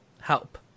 help